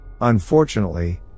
Unfortunately